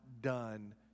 done